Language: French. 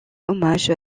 hommage